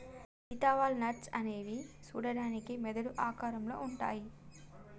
Sita walnuts అనేవి సూడడానికి మెదడు ఆకారంలో ఉంటాయి